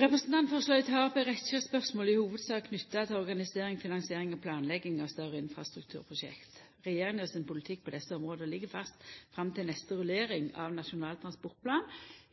Representantforslaget tek opp ei rekkje spørsmål i hovudsak knytt til organisering, finansiering og planlegging av større infrastrukturprosjekt. Regjeringa sin politikk på desse områda ligg fast fram til neste rullering av Nasjonal transportplan.